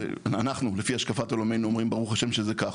אנחנו לפי השקפת עולמנו אומרים ברוך השם שזה כך,